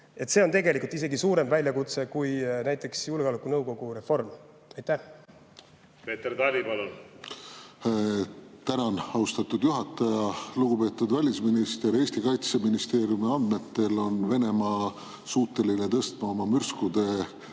See on tegelikult isegi suurem väljakutse kui näiteks julgeolekunõukogu reform. Peeter